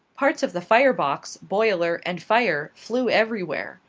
parts of the fire-box, boiler, and fire flew everywhere.